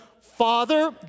Father